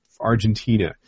Argentina